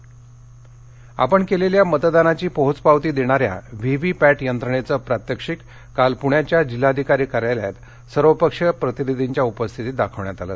V V PAT यंत्रणाः आपण केलेल्या मतदानाची पोहोच पावती देणाऱ्या व्ही व्ही पॅट यंत्रणेचं प्रात्यक्षिक काल पृण्याच्या जिल्हाधिकारी कार्यालयात सर्वपक्षीय प्रतिनिधींच्या उपस्थितीत दाखवण्यात आलं